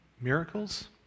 miracles